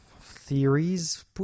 theories